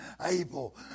able